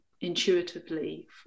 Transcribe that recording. intuitively